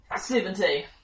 seventy